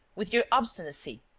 with your obstinacy!